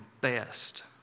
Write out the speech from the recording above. best